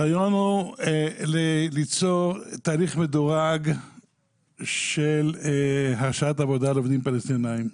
הרעיון הוא ליצור תהליך מדורג של הרשאת עבודה לעובדים פלסטינים.